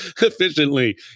efficiently